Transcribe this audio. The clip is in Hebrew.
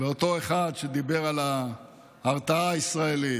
אותו אחד שדיבר על ההרתעה הישראלית,